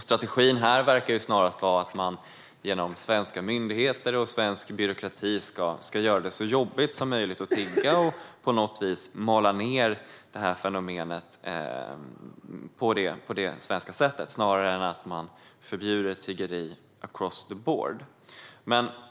Strategin verkar vara att man via svenska myndigheter och svensk byråkrati ska göra det så jobbigt som möjligt att tigga och på något vis mala ned fenomenet på det svenska sättet snarare än förbjuda tiggeri across the board.